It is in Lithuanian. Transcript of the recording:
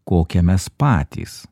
kokią mes patys